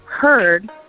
heard